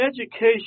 education